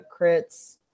crits